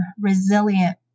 resilient